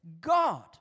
God